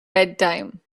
bedtime